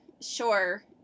Sure